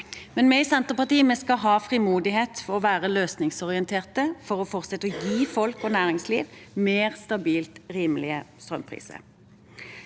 Vi i Senterpartiet skal ha frimodighet og være løsningsorienterte for å gi folk og næringsliv mer stabilt rimelige strømpriser.